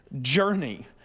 journey